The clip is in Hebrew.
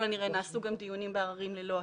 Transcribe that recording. הנראה נעשו גם דיונים בעררים ללא הסכמה.